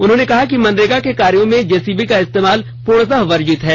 उन्होंने कहा कि मनरेगा के कार्यो में जेसीबी का इस्तेमाल पूर्णतः वर्जित है